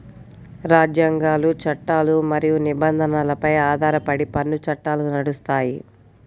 రాజ్యాంగాలు, చట్టాలు మరియు నిబంధనలపై ఆధారపడి పన్ను చట్టాలు నడుస్తాయి